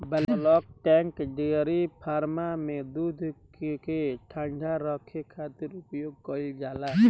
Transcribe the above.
bulk tank dairy farm में दूध के ठंडा रखे खातिर उपयोग कईल जाला